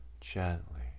gently